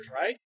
right